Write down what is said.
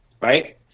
right